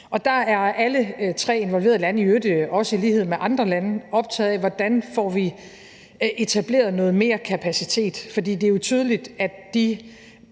og der er alle tre involverede landet, i øvrigt også i lighed med andre lande, optaget af, hvordan vi får etableret noget mere kapacitet. For det er jo tydeligt, at de